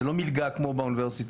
זאת לא מלגה כמו באוניברסיטה,